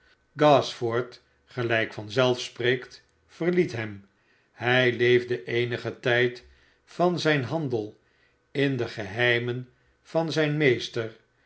gashford gelijk van zelf spreekt verliet hem hij leefde eenigen tijd van zijn handel in de geheimen van zijn meester